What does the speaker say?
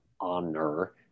honor